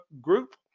group